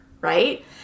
right